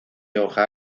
hoja